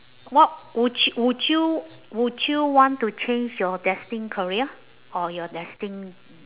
what would y~ would you would you want to change your destined career or your destined